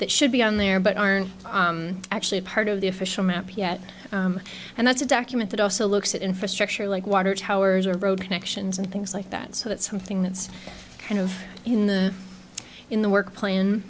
that should be on there but aren't actually part of the official map yet and that's a document that also looks at infrastructure like water towers or road connections and things like that so that's something that's kind of in the in the work pla